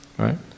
right